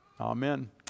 Amen